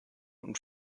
und